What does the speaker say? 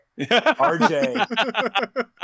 rj